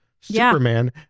Superman